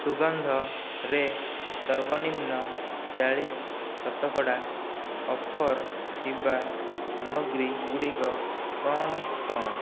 ସୁଗନ୍ଧରେ ସର୍ବନିମ୍ନ ଚାଳିଶ ପ୍ରତିଶତ ଅଫର୍ ଥିବା ସାମଗ୍ରୀ ଗୁଡ଼ିକ କ'ଣ କ'ଣ